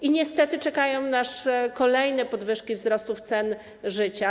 I niestety czekają nas kolejne podwyżki, wzrost cen życia.